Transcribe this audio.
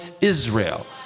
Israel